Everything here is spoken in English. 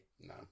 No